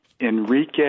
Enrique